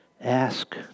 ask